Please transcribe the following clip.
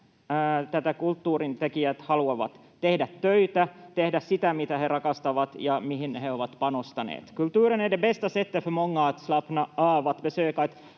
kulttuurintekijät haluavat: tehdä töitä, tehdä sitä, mitä he rakastavat ja mihin he ovat panostaneet. Kulturen är det bästa sättet